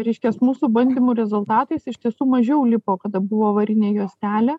reiškias mūsų bandymų rezultatais iš tiesų mažiau lipo kada buvo varinė juostelė